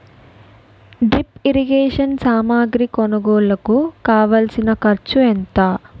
drip irrigation సామాగ్రి కొనుగోలుకు కావాల్సిన ఖర్చు ఎంత